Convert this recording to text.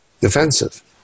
defensive